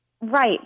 Right